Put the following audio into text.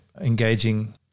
engaging